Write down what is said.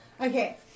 Okay